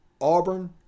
Auburn